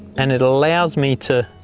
and it allows me to.